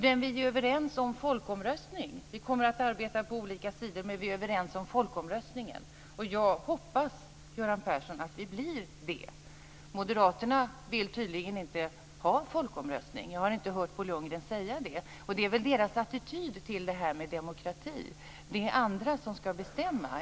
Man kan arbeta på olika sidor men ändå vara överens om folkomröstning. Jag hoppas, Göran Persson, att vi blir det. Moderaterna vill tydligen inte ha folkomröstning. Jag har inte hört Bo Lundgren säga det, och det är väl moderaternas attityd till demokrati. Det är andra än de människor som berörs som ska bestämma.